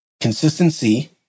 Consistency